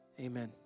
amen